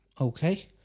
Okay